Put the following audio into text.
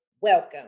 welcome